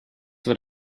what